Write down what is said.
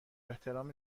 احترام